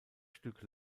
stück